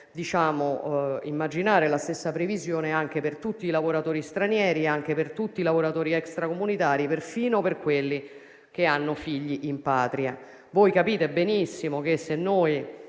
dovrebbe immaginare la stessa previsione anche per tutti i lavoratori stranieri e tutti i lavoratori extracomunitari, perfino per quelli che hanno figli in patria. Voi capite benissimo che, se